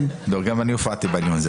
גם אני הופעתי בעליון.